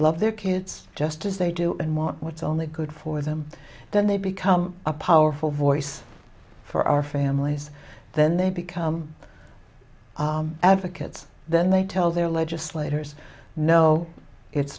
love their kids just as they do and want what's only good for them then they become a powerful voice for our families then they become advocates then they tell their legislators no it's